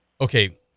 okay